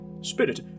spirit